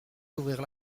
d’ouvrir